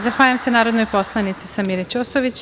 Zahvaljujem se narodnoj poslanici Samiri Ćosović.